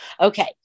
Okay